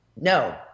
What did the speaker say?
No